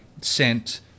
sent